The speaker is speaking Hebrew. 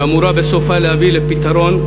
שאמורה בסופה להביא לפתרון,